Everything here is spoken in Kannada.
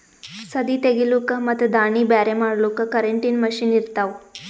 ಸದೀ ತೆಗಿಲುಕ್ ಮತ್ ದಾಣಿ ಬ್ಯಾರೆ ಮಾಡಲುಕ್ ಕರೆಂಟಿನ ಮಷೀನ್ ಇರ್ತಾವ